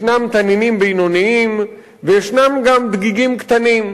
יש תנינים בינוניים ויש גם דגיגים קטנים,